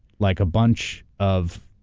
like a bunch of